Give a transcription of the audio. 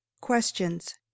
questions